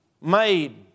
made